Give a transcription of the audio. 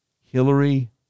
Hillary